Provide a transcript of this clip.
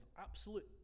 absolute